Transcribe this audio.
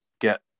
get